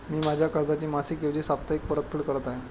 मी माझ्या कर्जाची मासिक ऐवजी साप्ताहिक परतफेड करत आहे